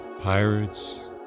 pirates